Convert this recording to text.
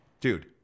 Dude